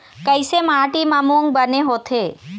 कइसे माटी म मूंग बने होथे?